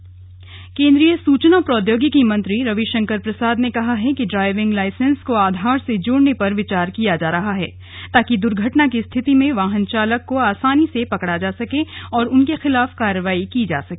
press वार्ता केंद्रीय सूचना प्रौद्योगिकी मंत्री रविशंकर प्रसाद ने कहा है कि ड्राइविंग लाईसेंस को आधार से जोड़ने पर विचार किया जा रहा है ताकि द्र्घटना की स्थिति में वाहन चालक को आसानी से पकड़ा जा सके और उनके खिलाफ कार्रवाई की जा सके